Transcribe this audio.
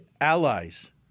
allies